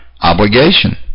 obligation